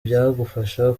byagufasha